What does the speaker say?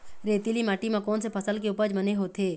रेतीली माटी म कोन से फसल के उपज बने होथे?